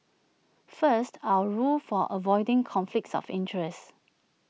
first our rules for avoiding conflicts of interest